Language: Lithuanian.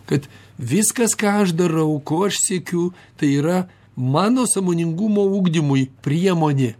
kad viskas ką aš darau ko aš siekiu tai yra mano sąmoningumo ugdymui priemonė